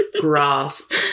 grasp